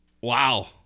Wow